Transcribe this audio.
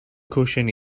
cushion